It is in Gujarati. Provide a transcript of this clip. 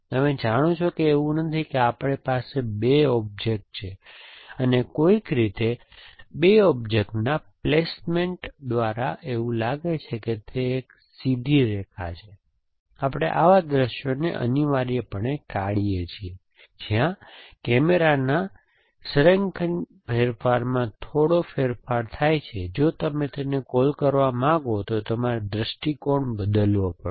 તમે જાણો છો કે એવું નથી કે આપણી પાસે 2 ઑબ્જેક્ટ છે અને કોઈક રીતે 2 ઑબ્જેક્ટના પ્લેસમેન્ટ દ્વારા એવું લાગે છે કે તે એક સીધી રેખા છે આપણે આવા દૃશ્યોને અનિવાર્યપણે ટાળીએ છીએ જ્યાં કૅમેરાના સંરેખિત ફેરફારમાં થોડો ફેરફાર થાય છે જો તમે તેને કૉલ કરવા માંગો તો તમારે દૃષ્ટિકોણ બદલવો પડશે